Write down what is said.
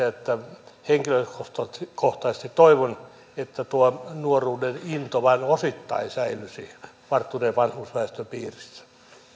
että henkilökohtaisesti toivon että tuo nuoruuden into vain osittain säilyisi varttuneen vanhusväestön piirissä